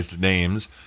names